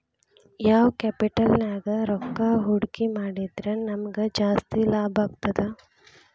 ಯಾವ್ ಕ್ಯಾಪಿಟಲ್ ನ್ಯಾಗ್ ರೊಕ್ಕಾ ಹೂಡ್ಕಿ ಮಾಡಿದ್ರ ನಮಗ್ ಜಾಸ್ತಿ ಲಾಭಾಗ್ತದ?